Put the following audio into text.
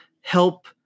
help